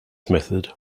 method